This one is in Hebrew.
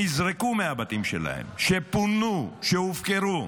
שנזרקו מהבתים שלהם, שפונו, שהופקרו.